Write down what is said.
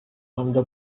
வந்த